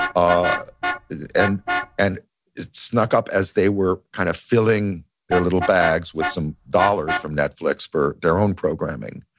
ah and and it snuck up as they were kind of filling their little bags with some dollars from netflix for their own programming.